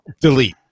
delete